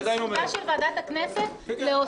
זו זכותה של ועדת הכנסת להוסיף.